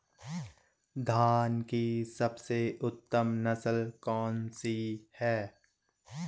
धान की सबसे उत्तम नस्ल कौन सी है?